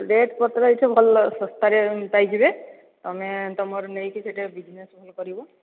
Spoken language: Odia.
ରେଟ୍ ପତ୍ର ଏଇଠେ ଭଲ ଶସ୍ତାରେ ପାଇଯିବେ ତମେ ତମର ନେଇକି ସେଠେ ବିଜନେସ୍ ଭଲ କରିବ